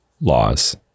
laws